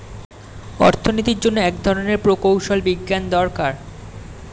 অর্থনীতির জন্য এক ধরনের প্রকৌশল বিজ্ঞান দরকার